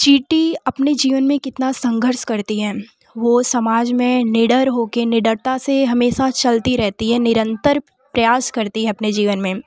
चींटी अपने जीवन में कितना संघर्ष करती हैं वो समाज में निडर हो के निडरता से हमेशा चलती रहती है निरंतर प्रयास करती है अपने जीवन में